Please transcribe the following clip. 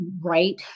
right